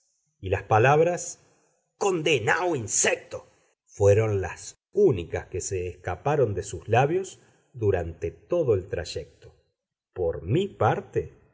y las palabras condenado insecto fueron las únicas que se escaparon de sus labios durante todo el trayecto por mi parte